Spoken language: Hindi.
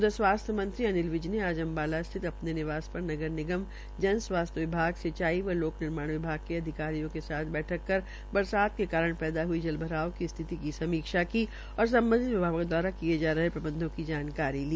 उधर स्वास्थ्य मंत्री अनिल विज ने आज अम्बाला स्थित अपने निवास पर नगर निगम जन स्वास्थ्य विभाग सिंचाई व लोक निर्माण विभाग के अधिकारियों के साथ बैटक कर बरसात के कारण पैदा हई जल भराव की स्थिति की समीक्षा की और सम्बंधित विभागो द्वारा किये गये जा रहे प्रबंधों की जानकारीली